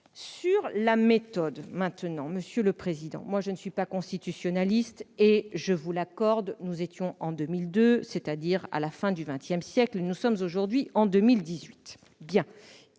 de la méthode, monsieur le président, je ne suis pas constitutionnaliste ; en outre, je vous l'accorde, nous étions en 2001, c'est-à-dire à la fin du XXsiècle, et nous sommes aujourd'hui en 2018.